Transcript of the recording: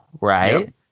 right